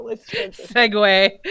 segue